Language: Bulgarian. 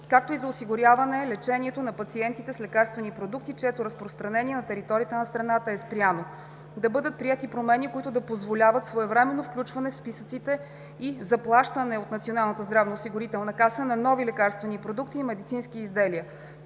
както и за осигуряване лечението на пациентите с лекарствени продукти, чието разпространение на територията на страната е спряно; - Да бъдат приети промени, които да позволяват своевременно включване в списъците и заплащане от НЗОК на нови лекарствени продукти и медицински изделия;